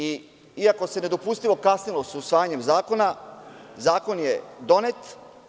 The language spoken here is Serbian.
Iako se nedopustivo kasnilo sa usvajanjem zakona, zakon je donet.